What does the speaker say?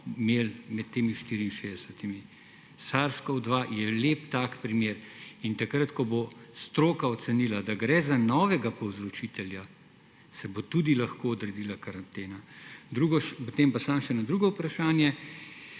imeli med temi 64. SARS-CoV-2 je lep tak primer. In takrat, ko bo stroka ocenila, da gre za novega povzročitelja, se bo tudi lahko odredila karantena. Potem pa samo še na drugo vprašanje.